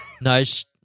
nice